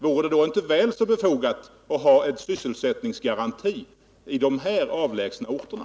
Vore det inte mer befogat att införa en sysselsättningsgaranti på de av mig påtalade glesbygdsorterna?